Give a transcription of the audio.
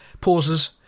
Pauses